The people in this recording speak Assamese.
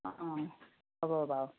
অঁ হ'ব বাৰু